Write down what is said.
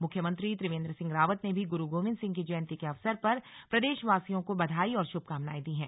मुख्यमंत्री त्रिवेन्द्र सिंह रावत ने भी गुरू गोविन्द सिंह की जयन्ती के अवसर पर प्रदेशवासियों को बधाई और शुभकामनाएं दी हैं